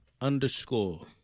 underscore